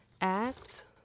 Act